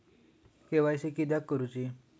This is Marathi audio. के.वाय.सी किदयाक करूची?